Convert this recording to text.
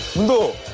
move,